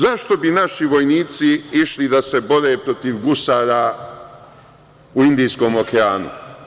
Zašto bi naši vojnici išli da se bore protiv gusara u Indijskom okeanu?